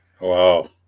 wow